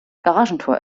garagentor